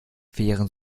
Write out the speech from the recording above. wären